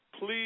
please